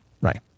Right